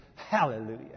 Hallelujah